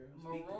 Maroon